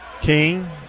King